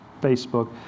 Facebook